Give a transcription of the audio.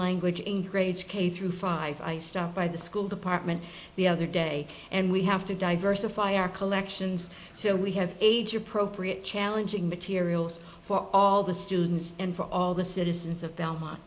language in grades k through five i stopped by the school department the other day and we have to diversify our collections so we have age appropriate challenging materials for all the students and for all the citizens of